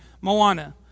Moana